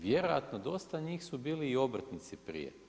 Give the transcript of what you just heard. Vjerojatno dosta njih su bili i obrtnici prije.